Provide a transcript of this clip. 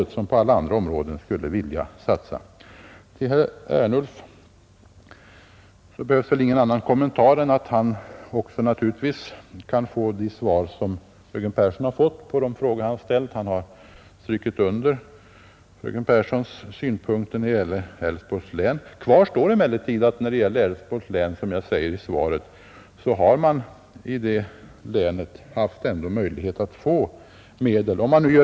Till herr Ernulf behövs väl ingen annan kommentar än att han på de frågor han ställt kan få samma svar som fröken Pehrsson fått. Han har understrukit fröken Pehrssons synpunkter när det gäller Älvsborgs län. Kvar står emellertid när det gäller detta län, som jag säger i mitt svar, att man där haft möjlighet att få medel.